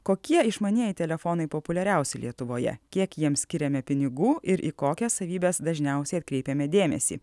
kokie išmanieji telefonai populiariausi lietuvoje kiek jiems skiriame pinigų ir į kokias savybes dažniausiai atkreipiame dėmesį